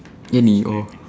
Kenny oh